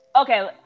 Okay